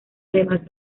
además